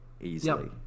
Easily